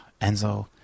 Enzo